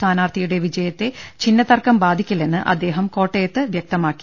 സ്ഥാനാർത്ഥിയുടെ വിജയത്തെ ചിഹ്നതർക്കം ബാധിക്കില്ലെന്ന് അദ്ദേഹം കോട്ടയത്ത് വ്യക്തമാക്കി